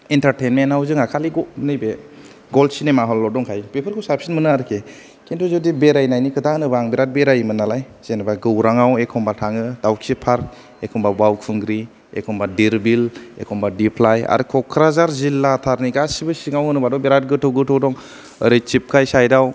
इन्टारतेनमेनाव जोंहा खालि नैबे गल्ड सिनेमा हलल' दंखायो बेफोरखौ साबसिन मोनो आरोखि खिन्थु जुदि बेरायनायनि खोथा होनोबा आं बेराद बेरायोमोन नालाय जेनावबा गौराङाव एखमबा थाङो दाउखि फार्क एखमबा बावखुंग्रि एखमबा देरबिल एखमबा दिफ्लाय आरो कक्राझार जिल्ला थारनि गासिबो सिङाव होनोबाथ' बेराद गोथौ गोथौ दं ओरै थिफखाय साइदाव